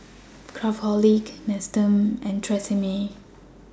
Craftholic Nestum and Tresemme